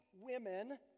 women